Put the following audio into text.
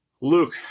Luke